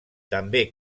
també